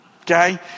okay